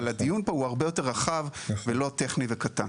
אבל הדיון פה הוא הרבה יותר רחב, ולא טכני וקטן.